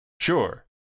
sure